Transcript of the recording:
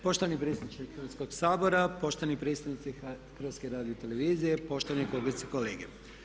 Poštovani predsjedniče Hrvatskoga sabora, poštovani predstavnici HRT-a, poštovani kolegice i kolege.